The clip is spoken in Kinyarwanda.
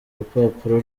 rupapuro